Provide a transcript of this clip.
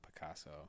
Picasso